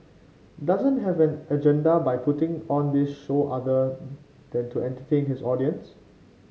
doesn't have an agenda by putting on this show other than to entertain his audience